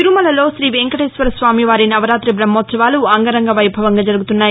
తిరుమలలో శ్రీ వెంకటేశ్వర స్వామి వారి నవరాతి బహ్మోత్సవాలు అంగరంగ వైభవంగా జరుగుతున్నాయి